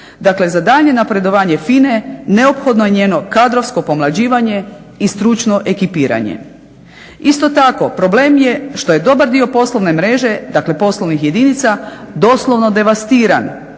Dakle, za daljnje napredovanje FINA-e neophodno je njeno kadrovsko pomlađivanje i stručno ekipiranje. Isto tako, problem je što je dobar dio poslovne mreže, dakle poslovnih jedinica doslovno devastiran